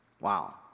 Wow